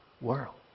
world